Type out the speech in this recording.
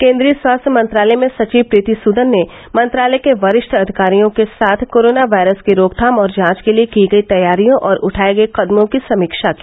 केन्द्रीय स्वास्थ्य मंत्रालय में सचिव प्रीति सुदन ने मंत्रालय के वरिष्ठ अधिकारियों के साथ कोरोना वायरस की रोकथाम और जांच के लिए की गई तैयारियों और उठाए गए कदमों की समीक्षा की